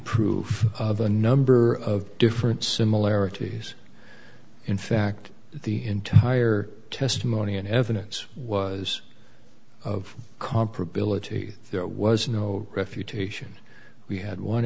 proof of a number of different similarities in fact the entire testimony and evidence was of comparability there was no refutation we had one